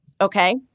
Okay